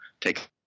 Take